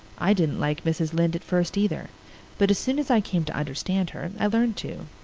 i didn't like mrs. lynde at first either but as soon as i came to understand her i learned to.